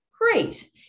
great